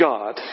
God